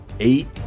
eight